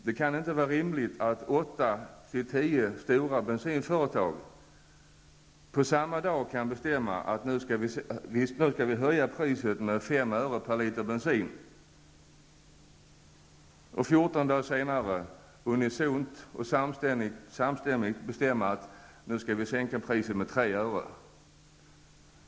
Det kan inte vara rimligt att åtta tio stora bensinföretag samma dag kan höja priset på bensin med 5 öre per liter för att 14 dagar senare unisont, samstämmigt, bestämma att priset skall sänkas med 3 öre.